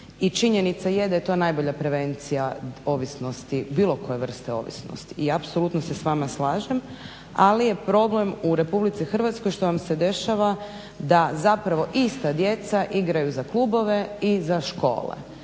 činjenica je da je to najbolja prevencija ovisnosti, bilo koje vrste ovisnosti i apsolutno se s vama slažem, ali je problem u RH što vam se dešava da zapravo ista djeca igraju za klubove i za škole.